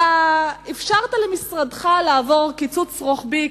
אלא אפשרת למשרדך לעבור קיצוץ רוחבי,